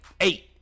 eight